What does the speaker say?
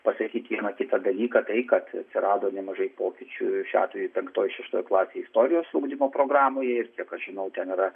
pasakyti vieną kitą dalyką tai kad atsirado nemažai pokyčių šiuo atveju penktoj šeštoj klasėj istorijos ugdymo programoje ir kiek aš žinau ten yra